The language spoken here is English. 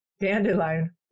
dandelion